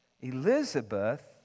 Elizabeth